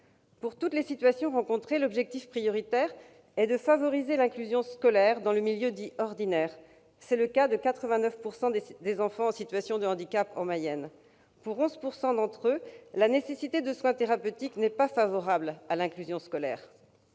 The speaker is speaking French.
Pour toutes les situations rencontrées, l'objectif prioritaire est de favoriser l'inclusion scolaire dans le milieu dit « ordinaire ». C'est le cas de 89 % des enfants en situation de handicap en Mayenne. Pour 11 % d'entre eux, la nécessité de soins thérapeutiques n'est pas compatible avec l'inclusion scolaire.